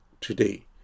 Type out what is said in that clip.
today